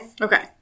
Okay